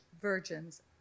virgins